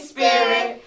Spirit